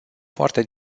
foarte